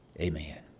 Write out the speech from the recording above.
amen